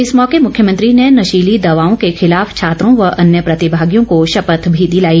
इस मौके मुख्यमंत्री ने नशीली दवाओं के खिलाफ छात्रों व अन्य प्रतिभागियों को शपथ भी दिलाई